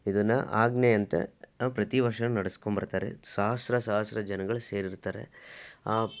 ಇದನ್ನ ಆಜ್ಞೆಯಂತೆ ಪ್ರತಿವರ್ಷನು ನಡ್ಸ್ಕೊಂಬರ್ತಾರೆ ಸಹಸ್ರ ಸಹಸ್ರ ಜನಗಳು ಸೇರೀರ್ತಾರೆ ಆ